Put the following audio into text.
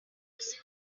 listen